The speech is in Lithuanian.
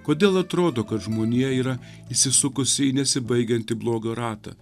kodėl atrodo kad žmonija yra įsisukusi į nesibaigiantį blogio ratą